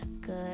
good